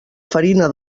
farina